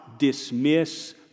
Dismiss